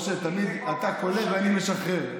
משה, תמיד אתה כולא ואני משחרר.